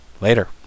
Later